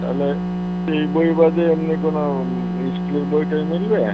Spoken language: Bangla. তাহলে এই বই বাদে এমনি কোনো স্কুলের বই টই মিলবে